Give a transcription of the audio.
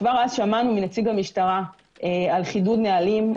כבר אז שמענו מנציג המשטרה על חידוד נהלים,